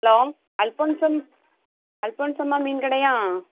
hello Alphonsam அல்ஃபோன்சம்மா மீன் கடையா